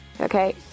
Okay